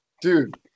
dude